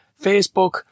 Facebook